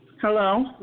Hello